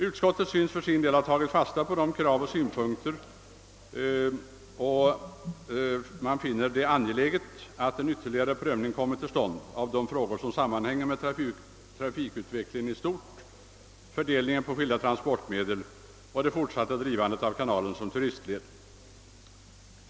Utskottet synes ha tagit fasta på dessa krav och synpunkter och finner det angeläget att en ytterligare prövning kommer till stånd av de frågor som sammanhänger med trafikutvecklingen i stort, fördelningen på skilda transportmedel och det fortsatta drivandet av kanalen som turistled.